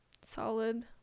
Solid